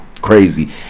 Crazy